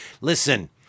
Listen